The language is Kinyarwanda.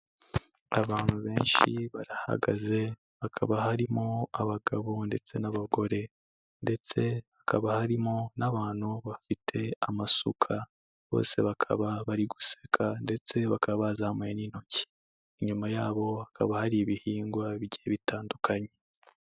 Abantu benshi barahagaze, hakaba harimo abagabo ndetse n'abagore ndetse hakaba harimo n'abantu bafite amasuka, bose bakaba bari guseka ndetse bakaba bazamuye n'intoki, inyuma yabo hakaba hari ibihingwa bigiye bitandukanye.